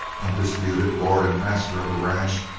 undisputed lord and master of the ranch,